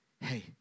hey